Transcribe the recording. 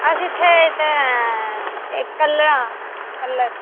अस इत्थें इत्थें एह् कल्लर आं कल्लर